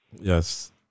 Yes